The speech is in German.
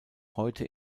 heute